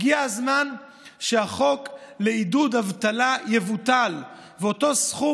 הגיע הזמן שהחוק לעידוד אבטלה יבוטל ואותו סכום